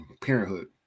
Parenthood